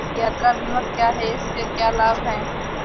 यात्रा बीमा क्या है इसके क्या लाभ हैं?